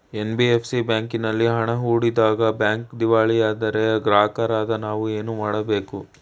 NBFC ಬ್ಯಾಂಕಿನಲ್ಲಿ ಹಣ ಹೂಡಿದಾಗ ಬ್ಯಾಂಕ್ ದಿವಾಳಿಯಾದರೆ ಗ್ರಾಹಕರಾದ ನಾವು ಏನು ಮಾಡಬೇಕು?